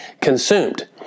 consumed